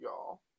y'all